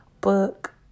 book